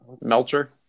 Melcher